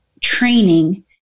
training